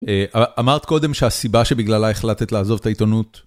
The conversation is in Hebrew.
אמרת קודם שהסיבה שבגללה החלטת לעזוב את העיתונות...